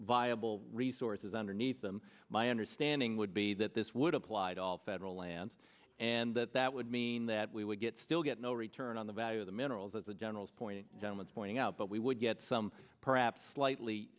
viable resources underneath them my understanding would be that this would apply to all federal lands and that that would mean that we would get still get no return on the value of the minerals as a general point gentleman's pointing out but we would get some perhaps slightly